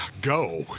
go